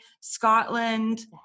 Scotland